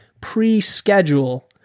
pre-schedule